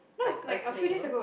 like a few days ago